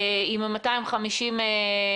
עם 250 משתתפים,